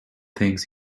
things